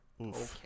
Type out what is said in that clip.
Okay